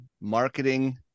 marketing